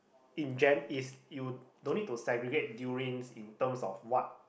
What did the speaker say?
in gen~ is you don't need to segregate durians in terms of what